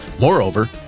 Moreover